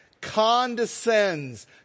condescends